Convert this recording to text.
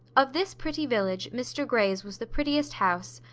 of this pretty village, mr grey's was the prettiest house,